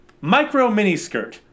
micro-miniskirt